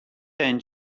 then